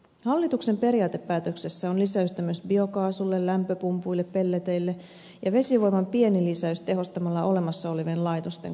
hallituksen periaatepäätöksessä on lisäystä myös biokaasulle lämpöpumpuille pelleteille ja vesivoiman pieni lisäys tehostamalla olemassa olevien laitosten kapasiteettia